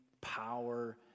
power